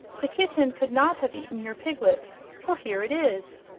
the kitten could not have eaten your piglet for here it is!